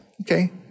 Okay